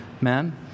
Man